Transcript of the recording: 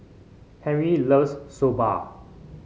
Henri loves Soba